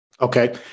okay